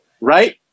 right